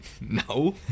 no